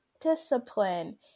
discipline